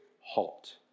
halt